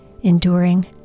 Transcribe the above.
enduring